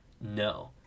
No